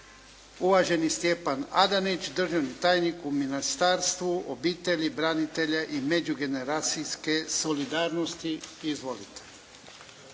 Uvaženi Stjepan Adanić, državni tajnik u Ministarstvu obitelji, branitelja i međugeneracijske solidarnosti. Izvolite.